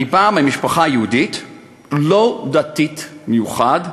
אני בא ממשפחה יהודית לא דתית במיוחד.